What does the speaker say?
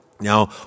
Now